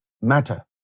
matter